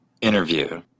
interview